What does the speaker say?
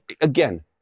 again